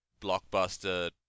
blockbuster